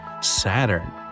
Saturn